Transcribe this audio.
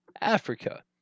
Africa